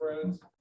friends